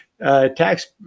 tax